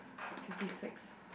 fifty six